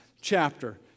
chapter